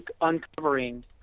uncovering